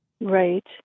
right